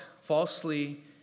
falsely